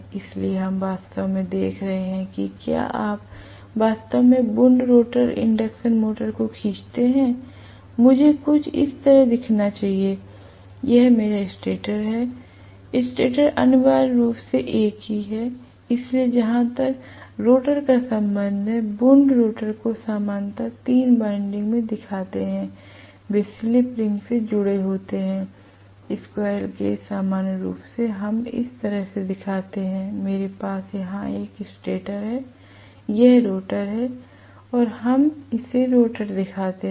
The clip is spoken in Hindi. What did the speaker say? इसलिए हम वास्तव में देख रहे हैं कि क्या आप वास्तव में वुन्ड रोटर इंडक्शन मोटर को खींचते हैं मुझे कुछ इस तरह दिखाना चाहिए यह मेरा स्टेटर है स्टेटर अनिवार्य रूप से एक ही है इसलिए जहां तक रोटर का संबंध है वुन्ड रोटर को सामान्यतः तीन वाइंडिंग में दिखाते हैं वे स्लिप रिंग से जुड़े होते हैं स्क्वीररेल केज सामान्य रूप से हम इस तरह से दिखाते हैं मेरे पास यहां स्टेटर है यह रोटर है हम इसे रोटर दिखाते हैं